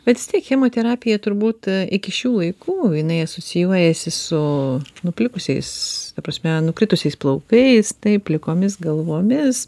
bet vis tiek chemoterapija turbūt iki šių laikų jinai asocijuojasi su nuplikusiais ta prasme nukritusiais plaukais taip plikomis galvomis